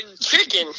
chicken